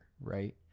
Right